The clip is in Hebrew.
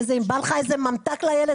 ואם בא לך איזה ממתק לילד,